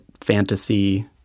fantasy